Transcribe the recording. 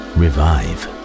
revive